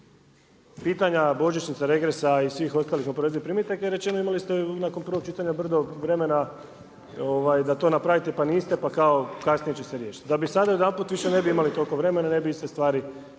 pitanja božićnica, regresa i svih ostalih oporezivih primitaka jer rečeno, imali ste nakon prvog čitanja brdo vremena da to napravite, pa niste pa kao kasnije će se riješiti da bi sada odjedanput više ne bi imali toliko vremena, ne bi iste stvari